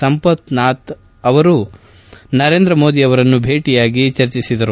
ಸಂಪನ್ಥಾನ್ ಅವರು ನರೇಂದ್ರ ಮೋದಿ ಅವರನ್ನು ಭೇಟಿಯಾಗಿ ಚರ್ಚಿಸಿದರು